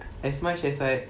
as much as I